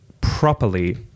properly